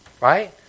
right